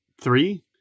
three